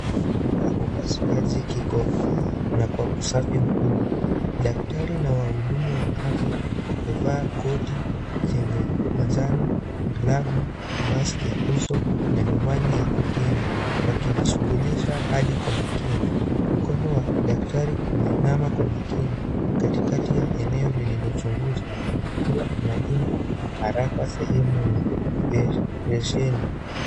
Cha upasuaji kiko na usafi mkubwa. Daktari na wahudumu wa afya wamevaa koti chenye manjano, glavu maski ya uso na miwani ya kukinga wakijishughulisha hadi kwa makini. Mkono wa daktari umeinama kwa makini katikati ya eneo